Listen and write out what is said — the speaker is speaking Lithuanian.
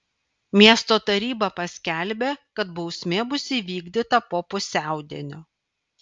miesto taryba paskelbė kad bausmė bus įvykdyta po pusiaudienio